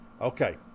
Okay